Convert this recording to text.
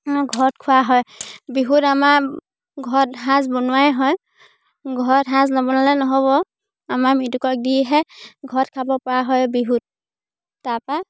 ঘৰত খোৱা হয় বিহুত আমাৰ ঘৰত সাজ বনোৱাই হয় ঘৰত সাজ নবনালে নহ'ব আমাৰ মৃতকক দিহে ঘৰত খাব পৰা হয় বিহুত তাৰপৰা